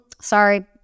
sorry